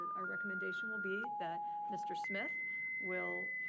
our recommendation will be that mr. smith will